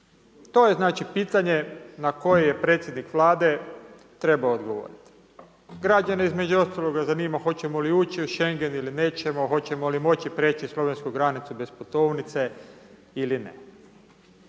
To je znači pitanje na koje je predsjednik Vlade trebao odgovoriti. Građane između ostaloga zanima hoćemo li ući u Schengen ili nećemo, hoćemo li moći prijeći slovensku granicu bez putovnice ili ne.